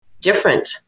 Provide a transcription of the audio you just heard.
different